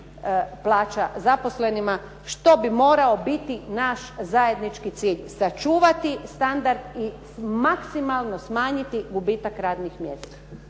plaća zaposlenima, što bi morao biti naš zajednički cilj. Sačuvati standard i maksimalno smanjiti gubitak radnih mjesta.